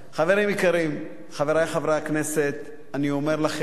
חברים יקרים, חברי חברי הכנסת, אני אומר לכם,